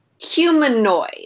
Humanoid